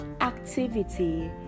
activity